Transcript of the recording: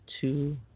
two